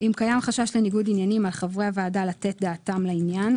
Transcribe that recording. "אם קיים חשש לניגוד עניינים על חברי הוועדה לתת דעתם לעניין,